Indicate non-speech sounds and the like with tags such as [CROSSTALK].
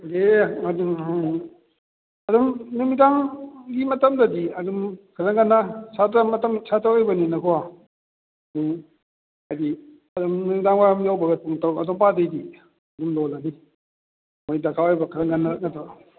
ꯑꯦ [UNINTELLIGIBLE] ꯑꯗꯨꯝ ꯅꯨꯃꯤꯗꯥꯡꯒꯤ ꯃꯇꯝꯗꯗꯤ ꯑꯗꯨꯝ ꯈꯔ ꯉꯟꯅ ꯁꯥꯇ꯭ꯔ ꯃꯇꯝ ꯁꯥꯇ꯭ꯔ ꯑꯣꯏꯕꯅꯤꯅꯀꯣ ꯑꯗꯨꯝ ꯍꯥꯏꯗꯤ ꯑꯗꯨꯝ ꯅꯨꯃꯤꯗꯥꯡꯋꯥꯏꯔꯝ ꯌꯧꯕꯒ ꯄꯨꯡ ꯇꯔꯨꯛ ꯑꯗꯨꯋꯥꯏ ꯃꯄꯥꯗꯩꯗꯤ ꯑꯗꯨꯝ ꯂꯣꯜꯂꯅꯤ ꯃꯣꯏ ꯗꯔꯀꯥꯔ ꯑꯣꯏꯕ ꯈꯔ ꯉꯟꯅ [UNINTELLIGIBLE]